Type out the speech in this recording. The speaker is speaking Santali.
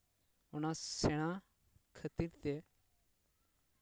ᱚᱱᱟ ᱥᱮᱬᱟ ᱠᱷᱟᱹᱛᱤᱨ ᱛᱮ